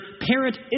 parent